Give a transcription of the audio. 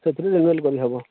ସେଥିରେ ରିନ୍ୟୁଆଲ୍ କରି ହେବ